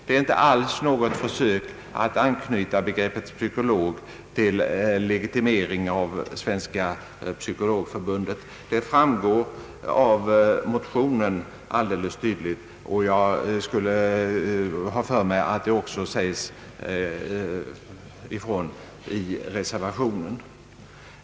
Det är inte alls något försök att anknyta begreppet psykolog till legitimering av Sveriges psykologförbund; detta framgår alldeles tydligt av motionen, och jag har för mig att det också sägs ifrån i reservationen.